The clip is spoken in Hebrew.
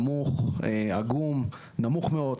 נמוך, עגום, נמוך מאוד.